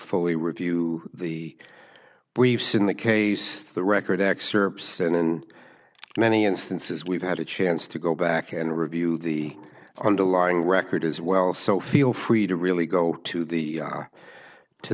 fully review the briefs in the case of the record excerpts and in many instances we've had a chance to go back and review the underlying record as well so feel free to really go to the to